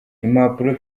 impapuro